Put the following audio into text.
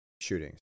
shootings